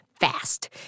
fast